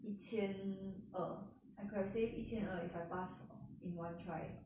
一千二 I could have saved 一千二 if I passed in one try